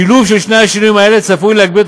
שילוב של שני השינויים האלה צפוי שיגביר את